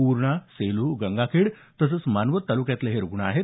पूर्णा सेलू गंगाखेड तसंच मानवत तालुक्यातले हे रुग्ण आहेत